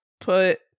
put